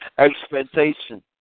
Expectation